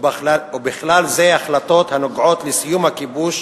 ובכלל זה החלטות הנוגעות לסיום הכיבוש,